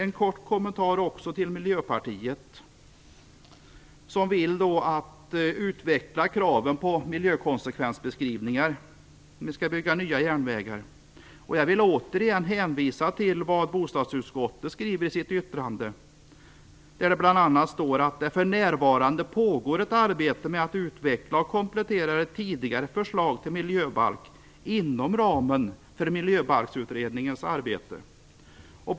Jag har också en kort kommentar till Miljöpartiet som vill utveckla kraven på miljökonsekvensbeskrivningar när vi skall bygga nya järnvägar. Jag vill återigen hänvisa till vad bostadsutskottet skriver i sitt yttrande, där det bl.a. heter: "För närvarande pågår ett arbete med att utveckla och komplettera tidigare förslag till miljöbalk inom ramen för Miljöorganisationsutredningens beredning."